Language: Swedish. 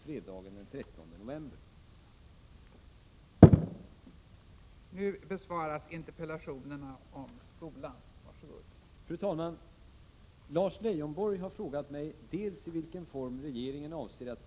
Jag avser att